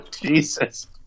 jesus